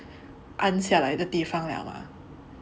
安下来的地方了 mah